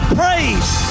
praise